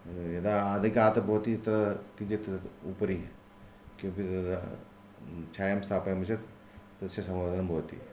यदा अधिकम् आतपः भवति तदा किञ्चिदुपरि किमपि तदा छायां स्थापयामः चेत् तस्य समादानं भवति